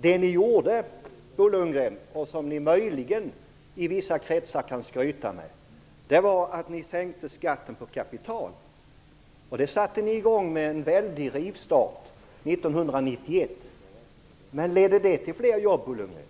Det ni gjorde, som ni möjligen kan skryta med i vissa kretsar, var att sänka skatten på kapital. Det satte ni i gång att göra med en väldig rivstart 1991. Men ledde det till fler jobb, Bo Lundgren?